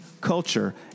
culture